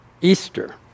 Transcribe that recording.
Easter